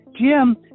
Jim